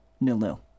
Nil-nil